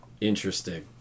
Interesting